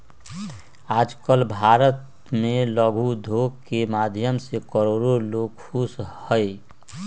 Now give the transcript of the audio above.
आजकल भारत भर में लघु उद्योग के माध्यम से करोडो लोग खुश हई